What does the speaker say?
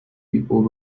people